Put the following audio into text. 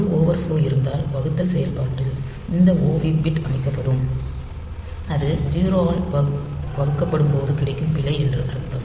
ஒரு overflow இருந்தால் வகுத்தல் செயல்பாட்டில் இந்த OV பிட் அமைக்கப்படும் அது 0 ஆல் வகுக்கப்படும் போது கிடைக்கும் பிழை என்று அர்த்தம்